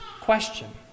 question